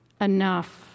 Enough